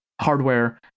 hardware